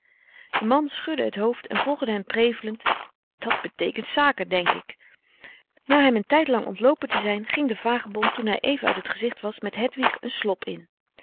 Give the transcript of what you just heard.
de man schudde het hoofd en volgde hen prevelend dat beteekent zaken denk ik na hem een tijdlang ontloopen te zijn ging de vagebond toen hij even uit t gezicht was met hedwig een slop in